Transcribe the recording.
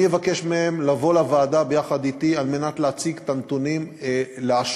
אני אבקש מהם לבוא לוועדה אתי על מנת להציג את הנתונים לאשורם.